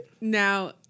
Now